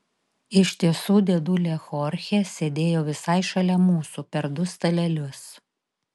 iš tiesų dėdulė chorchė sėdėjo visai šalia mūsų per du stalelius